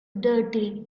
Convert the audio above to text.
dirty